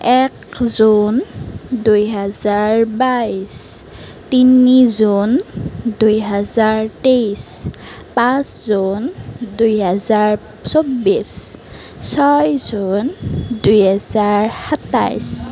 এক জুন দুই হেজাৰ বাইছ তিনি জুন দুই হেজাৰ তেইছ পাঁচ জুন দুই হেজাৰ চৌব্বিছ ছয় জুন দুই হেজাৰ সাতাইছ